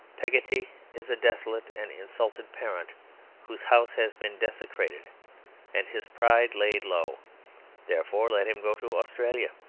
peggotty is a desolate and insulted parent whose house has been desecrated and his pride laid low therefore let him go to australia.